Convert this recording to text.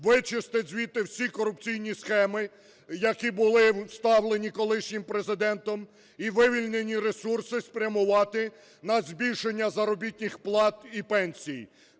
вичистить звідти всі корупційні схеми, які були вставлені колишнім Президентом, і вивільнені ресурси спрямувати на збільшення заробітних плат і пенсій.